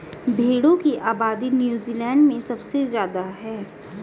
भेड़ों की आबादी नूज़ीलैण्ड में सबसे ज्यादा है